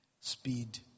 speed